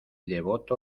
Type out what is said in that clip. devoto